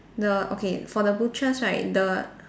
the okay for the butchers right the